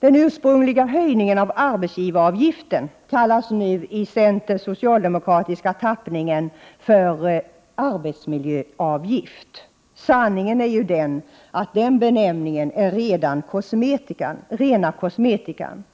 Den ursprungliga höjningen av arbetsgivaravgiften kallas nu i den center-socialdemokratiska tappningen för ”arbetsmiljöavgift”. Sanningen är ju att den benämningen är rena kosmetikan.